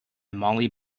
molly